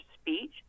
speech